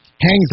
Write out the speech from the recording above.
hangs